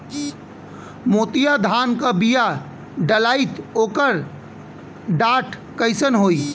मोतिया धान क बिया डलाईत ओकर डाठ कइसन होइ?